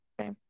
okay